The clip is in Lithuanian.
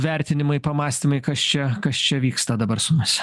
vertinimai pamąstymai kas čia kas čia vyksta dabar sumis